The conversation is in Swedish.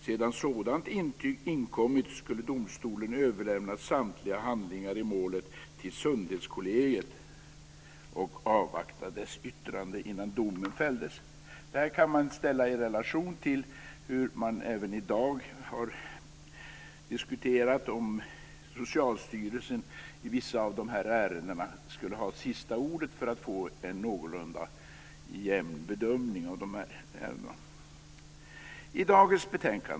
Sedan sådant intyg inkommit, skulle domstolen överlämna samtliga handlingar i målet till sundhetscollegiet och avvakta dess yttrande innan domen fälldes". Detta kan man sätta i relation till hur man även i dag har diskuterat om Socialstyrelsen i vissa av de här ärendena skulle ha sista ordet för att få en någorlunda jämn bedömning av de här ärendena.